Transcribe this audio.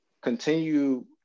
continue